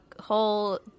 whole